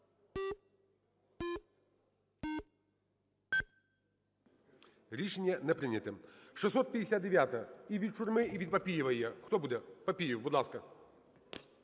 Рішення не прийнято. 659-а. І від Шурми, і від Папієва є. Хто буде? Папієв, будь ласка.